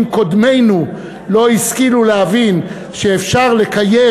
אם קודמינו לא השכילו להבין שאפשר לקיים